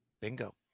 bingo